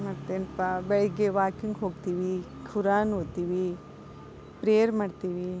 ಮತ್ತೇನಪ್ಪಾ ಬೆಳಿಗ್ಗೆ ವಾಕಿಂಗ್ ಹೋಗ್ತೀವಿ ಖುರಾನ್ ಓದ್ತೀವಿ ಪ್ರೇಯರ್ ಮಾಡ್ತೀವಿ